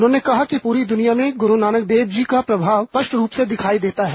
उन्होंने कहा कि पूरी दृनिया में ग्रू नानक देव जी का प्रभाव स्पष्ट रूप से दिखाई देता है